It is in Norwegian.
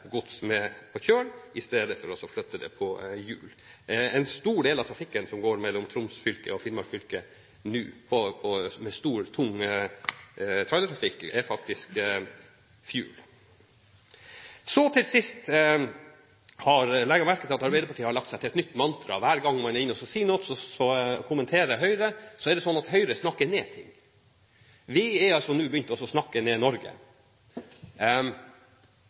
gods mer over på kjøl i stedet for å flytte det på hjul. En stor del av den store, tunge trailertrafikken som går mellom Troms fylke og Finnmark fylke nå, er faktisk fuel. Så til sist legger jeg merke til at Arbeiderpartiet har lagt seg til et nytt mantra. Hver gang man sier noe og kommenterer Høyre, er det at Høyre snakker ned ting. Vi har altså nå begynt å snakke ned Norge.